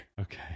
Okay